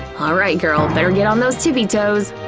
alright girl, better get on those tippy toes!